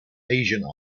asian